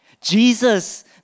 Jesus